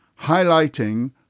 highlighting